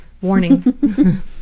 Warning